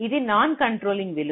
ఇది non controlling విలువ